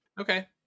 Okay